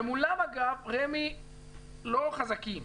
ומולם, אגב, רמ"י לא חזקים.